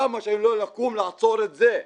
למה שלא אקום לעצור את זה?